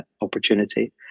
opportunity